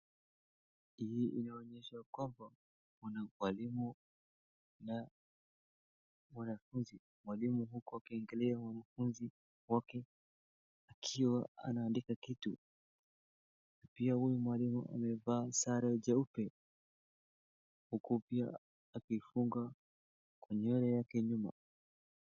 Hii inaonyesha kwa mwalimu na mwanafunzi, mwalimu huku akiangalia mwanafunzi wake akiwa anaandika kitu. Pia huyu mwalimu amevaa sare jeupe huku pia akifunga kwa nywele yake nyuma.